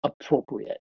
appropriate